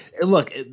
look